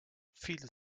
viele